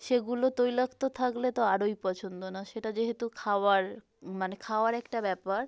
সেগুলো তৈলাক্ত থাকলে তো আরোই পছন্দ না সেটা যেহেতু খাওয়ার মানে খাওয়ার একটা ব্যাপার